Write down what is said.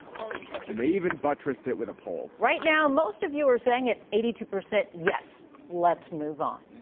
carlos and they even buttressed it with a poll. right now, most of you are saying at eighty two percent. yes. let's move on.